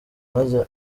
maze